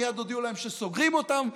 מייד הודיעו להם שסוגרים אותם,